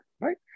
Right